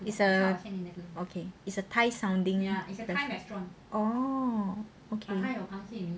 is a thai sounding err restaurant oh okay